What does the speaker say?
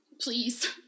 please